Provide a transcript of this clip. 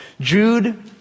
Jude